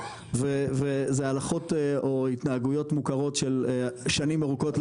וזה הלכות או התנהגויות מוכרות של שנים ארוכות,